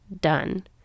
done